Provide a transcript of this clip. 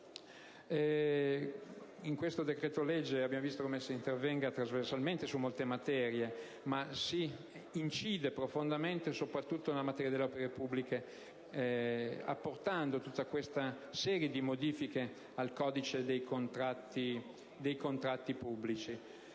di un decreto-legge che senz'altro interviene trasversalmente su molte materie, ma incide profondamente soprattutto nella materia delle opere pubbliche, apportando una serie di modifiche al codice dei contratti pubblici,